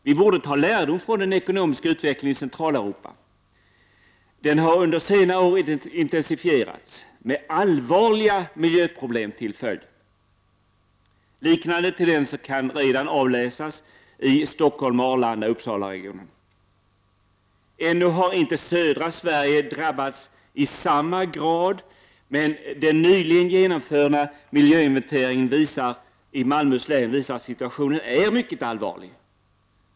Vi borde ta lärdom från den ekonomiska utvecklingen i Centraleuropa. Den har under senare år intensifierats med allvarliga miljöproblem till följd. Liknade tendenser kan redan avläsas i Stockholm — Arlanda—Uppsalaregionen. Ännu har inte södra Sverige drabbats i samma grad, men en nyligen genomförd miljöinventering i Malmöhus län visar att situationen är mycket allvarlig.